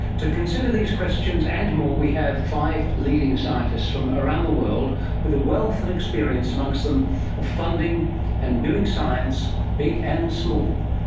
to consider these questions and more we have five leading scientists from around the world with a wealth of experience amongst them of funding and doing science, big and small.